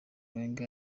wenger